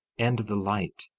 and the light.